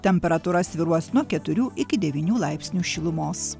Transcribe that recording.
temperatūra svyruos nuo keturių iki devynių laipsnių šilumos